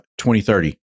2030